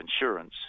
insurance